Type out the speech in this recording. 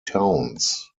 towns